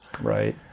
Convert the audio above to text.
Right